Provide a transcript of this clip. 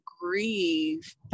grieve